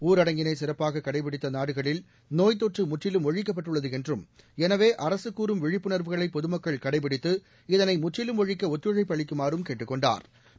ஊரடங்கினை சிறப்பாக கடைபிடித்த நாடுகளில் நோய் தொற்று முற்றிலும் ஒழிக்கப்பட்டுள்ளது என்றும் எனவே அரசு கூறும் விழிப்புணா்வுகளை பொதுமக்கள் கடைபிடித்து இதனை முற்றிலும் ஒழிக்க ஒத்துழைப்பு அளிக்குமாறும் கேட்டுக் கொண்டாா்